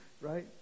right